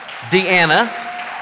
Deanna